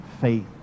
faith